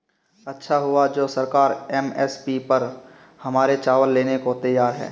अच्छा हुआ जो सरकार एम.एस.पी पर हमारे चावल लेने को तैयार है